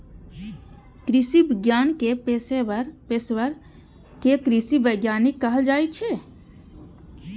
कृषि विज्ञान के पेशवर कें कृषि वैज्ञानिक कहल जाइ छै